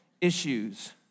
issues